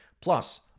Plus